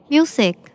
Music